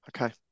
okay